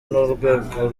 n’urwego